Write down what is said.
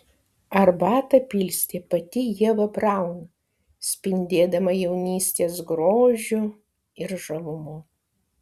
arbatą pilstė pati ieva braun spindėdama jaunystės grožiu ir žavumu